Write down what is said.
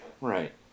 right